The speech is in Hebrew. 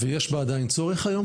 ויש בה עדיין צורך היום?